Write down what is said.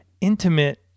intimate